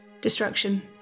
destruction